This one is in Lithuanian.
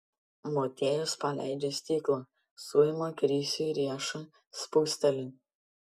motiejus paleidžia stiklą suima krisiui riešą spusteli